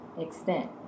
extent